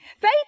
Faith